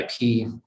IP